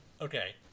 okay